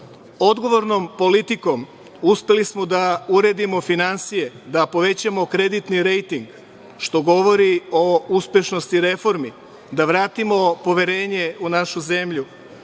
obveznice. Odgovornom politikom uspeli smo da uredimo finansije, da povećamo kreditni rejting, što govori o uspešnosti reformi, da vratimo poverenje u našu zemlju.